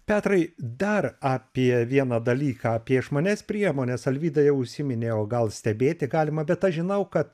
petrai dar apie vieną dalyką apie išmanias priemones alvydai jau užsiminei o gal stebėti galima bet aš žinau kad